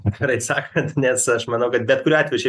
atvirai sakant nes aš manau kad bet kuriuo atveju šiaip